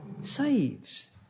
saves